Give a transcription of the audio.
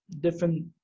different